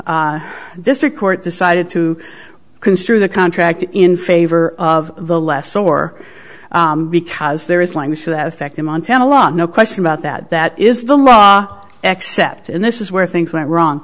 district court decided to construe the contract in favor of the less or because there is language to that effect in montana law no question about that that is the law except and this is where things went wrong